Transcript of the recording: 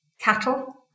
cattle